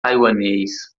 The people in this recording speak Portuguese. taiwanês